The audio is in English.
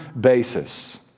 basis